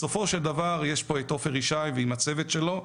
בסופו של דבר יש פה את עופר ישי ועם הצוות שלו,